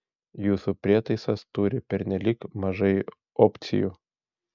jūsų prietaisas turi pernelyg mažai opcijų